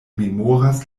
memoras